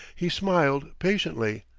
he smiled patiently,